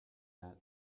net